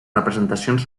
representacions